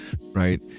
Right